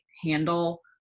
handle